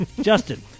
Justin